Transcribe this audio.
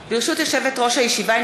ברשות יושבת-ראש הישיבה,